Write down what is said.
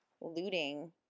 looting